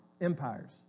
empires